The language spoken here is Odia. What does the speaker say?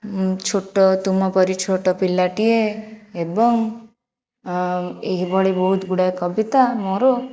ମୁଁ ଛୋଟ ତୁମ ପରି ଛୋଟ ପିଲାଟିଏ ଏବଂ ଏହିଭଳି ବହୁତ ଗୁଡ଼ାଏ କବିତା ମୋର